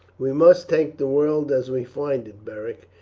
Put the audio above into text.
we must take the world as we find it, beric.